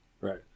Right